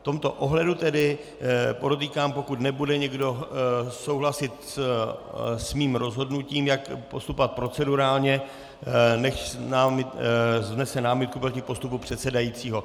V tomto ohledu tedy, podotýkám, pokud nebude někdo souhlasit s mým rozhodnutím, jak postupovat procedurálně, nechť vznese námitku proti postupu předsedajícího.